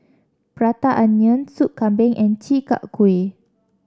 Prata Onion Soup Kambing and Chi Kak Kuih